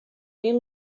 mil